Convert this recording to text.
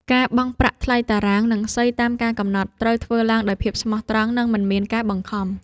ការបង់ប្រាក់ថ្លៃតារាង និងសីតាមការកំណត់ ត្រូវធ្វើឡើងដោយភាពស្មោះត្រង់ និងមិនមានការបង្ខំ។